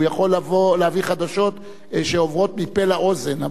הוא יכול להביא חדשות שעוברות מפה לאוזן.